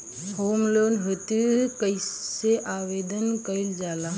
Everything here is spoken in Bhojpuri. होम लोन हेतु कइसे आवेदन कइल जाला?